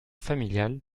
familial